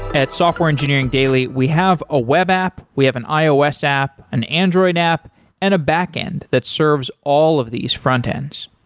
at software engineering daily, we have a web, we have an ios app, an android app and a backend that serves all of these frontends.